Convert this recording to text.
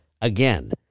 again